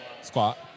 Squat